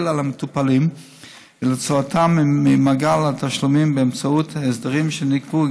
על המטופלים ולהוציאם ממעגל התשלומים באמצעות הסדרים שנקבעו